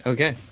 Okay